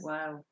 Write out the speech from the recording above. Wow